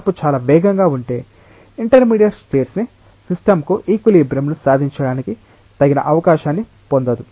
మార్పు చాలా వేగంగా ఉంటే ఇంటర్మీడియట్ స్టేట్స్ ని సిస్టంకు ఈక్విలిబ్రియంను సాధించడానికి తగిన అవకాశాన్ని పొందదు